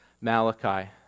Malachi